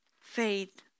faith